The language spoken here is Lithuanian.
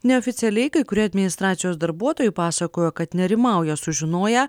neoficialiai kai kurie administracijos darbuotojai pasakojo kad nerimauja sužinoję